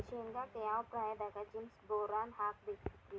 ಶೇಂಗಾಕ್ಕ ಯಾವ ಪ್ರಾಯದಾಗ ಜಿಪ್ಸಂ ಬೋರಾನ್ ಹಾಕಬೇಕ ರಿ?